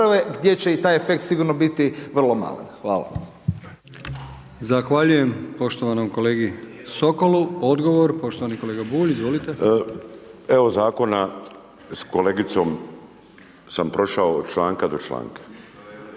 gdje će i taj efekt sigurno biti vrlo malen. Hvala.